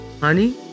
Honey